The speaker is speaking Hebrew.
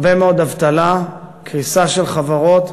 הרבה מאוד אבטלה, קריסה של חברות,